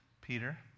Peter